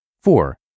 Four